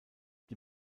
die